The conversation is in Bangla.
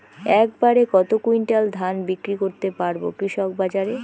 এক বাড়ে কত কুইন্টাল ধান বিক্রি করতে পারবো কৃষক বাজারে?